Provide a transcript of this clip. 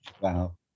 wow